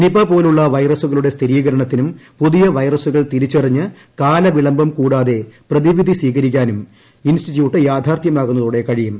Nipah പോലുള്ള വൈറസുകളുടെ സ്ഥിരീകരണത്തിനും പുതിയ വൈറസുകൾ തിരിച്ചറിഞ്ഞ് കാലവിളംബം കൂടാതെ പ്രതിവിധി സ്വീകരിക്കാനും ഇൻസ്റ്റിറ്റ്യൂട്ട് യാഥാർഥ്യമാക്കുന്നതോടെ കഴിയും